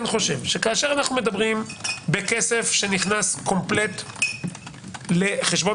כאשר אנחנו מדברים בכסף שנכנס קומפלט לחשבון